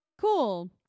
Cool